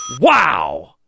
Wow